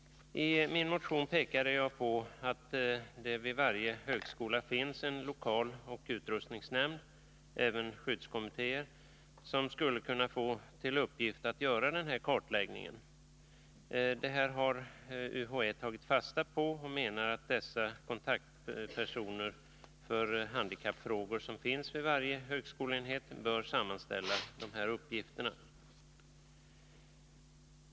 I min motion pekade jag på att det vid varje högskola finns en lokaloch utrustningsnämnd— även skyddskommittéer — som skulle kunna få till uppgift att göra den här kartläggningen. Detta har UHÄ tagit fasta på och menar att dessa kontaktpersoner i handikappfrågor, som finns vid varje högskoleenhet, bör sammanställa dessa uppgifter.